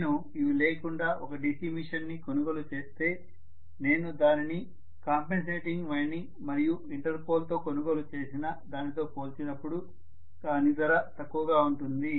నేను ఇవి లేకుండా ఒక DC మెషిన్ ని కొనుగోలు చేస్తే నేను దానిని కాంపెన్సేటింగ్ వైండింగ్ మరియు ఇంటర్పోల్తో కొనుగోలు చేసిన దానితో పోల్చినప్పుడు దాని ధర తక్కువగా ఉంటుంది